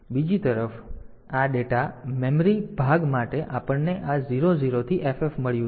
બીજી તરફ આ ડેટા મેમરી ભાગ માટે આપણને આ 00 થી FF મળ્યું છે